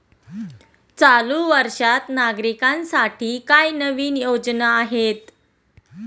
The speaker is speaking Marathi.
चालू वर्षात नागरिकांसाठी काय नवीन योजना आहेत?